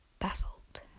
basalt